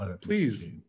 Please